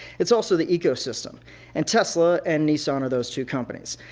it's also the ecosystem and tesla and nissan are those two companies.